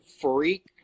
freak